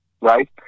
right